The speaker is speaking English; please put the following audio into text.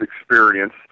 experience